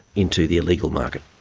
into the illegal market.